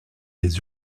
les